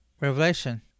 revelation